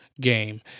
game